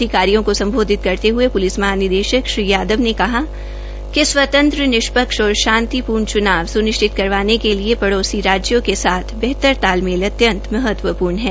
अधिकारियों को संबोधित करते हए पुलिस महानिदेशक श्री यादव ने कहा कि स्वतंत्र निष्पक्ष और शांतिपूर्ण चुनाव सुनिश्चित करवाने के लिए पड़ोसी राज्यों के साथ बेहतर तालमेल अत्यंत महत्वपूर्ण है